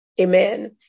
Amen